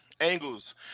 angles